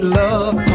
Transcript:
love